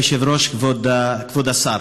כבוד היושב-ראש, כבוד השר,